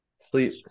sleep